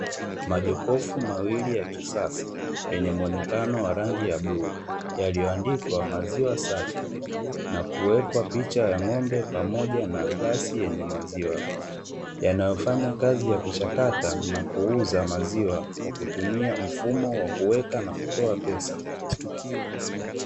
Majokofu mawili ya kisasa yenye muonekano wa rangi ya blue, yaliyoandikwa "Maziwa Safi" na kuwekwa picha ya ng'ombe pamoja na glasi yenye maziwa, yanayofanya kazi ya kuchakata na kuuza maziwa kwa kutumia mfumo wa kuweka na kutoa pesa.